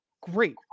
great